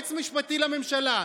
יועץ משפטי לממשלה,